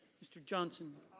mr. johnson.